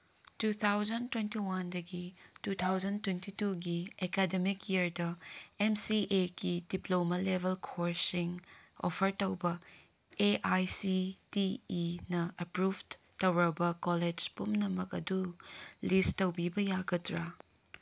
two thousand twenty ꯋꯥꯟꯗꯒꯤ two thousand twenty ꯇꯨꯒꯤ academic ꯏꯌꯔꯗ ꯑꯦꯝ ꯁꯤ ꯑꯦꯒꯤ ꯗꯤꯄ꯭ꯂꯣꯃꯥ ꯂꯦꯕꯦꯜ ꯀꯣꯔꯁꯁꯤꯡ ꯑꯣꯐꯔ ꯇꯧꯕ ꯑꯦ ꯑꯥꯏ ꯁꯤ ꯇꯤ ꯏꯅ ꯑꯦꯄ꯭ꯔꯨꯞ ꯇꯧꯔꯕ ꯀꯣꯂꯦꯖ ꯄꯨꯝꯅꯃꯛ ꯑꯗꯨ ꯂꯤꯁ ꯇꯧꯕꯤꯕ ꯌꯥꯒꯗ꯭ꯔꯥ